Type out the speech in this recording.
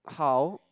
how